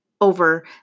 over